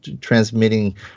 transmitting